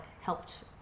helped